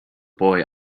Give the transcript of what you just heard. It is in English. boy